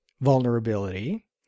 vulnerability